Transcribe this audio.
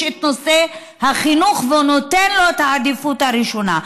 את נושא החינוך ונותן לו את העדיפות הראשונה.